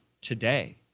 today